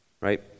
right